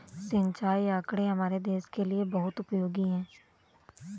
सिंचाई आंकड़े हमारे देश के लिए बहुत उपयोगी है